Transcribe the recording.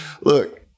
look